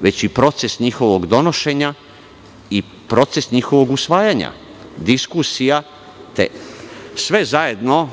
već i proces njihovog donošenja i proces njihovog usvajanja, diskusija. Sve zajedno